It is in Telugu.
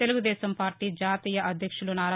తెలుగుదేశం పార్టీ జాతీయ అధ్యక్షులు ఎన్